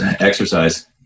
exercise